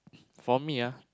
for me